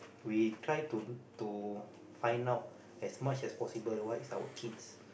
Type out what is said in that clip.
we try to to find out as much as possible what is our kid's